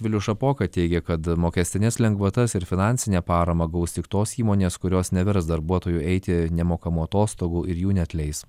vilius šapoka teigė kad mokestines lengvatas ir finansinę paramą gaus tik tos įmonės kurios nevers darbuotojų eiti nemokamų atostogų ir jų neatleis